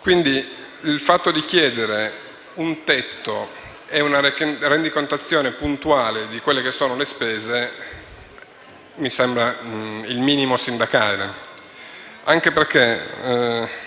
Quindi il fatto di chiedere un tetto e una rendicontazione puntuale delle spese mi sembra il minimo sindacale anche perché,